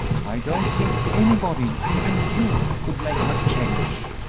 i don't think anybody even you could make her change.